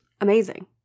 amazing